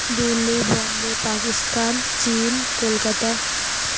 দিল্লি বোম্বে পাকিস্তান চীন কলকাতা